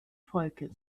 volkes